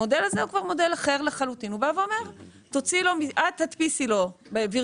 המודל הזה הוא כבר מודל אחר לגמרי והוא אומר את תדפיסי לו וירטואלית